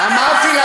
אמרתי,